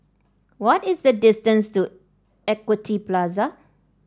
what is the distance to Equity Plaza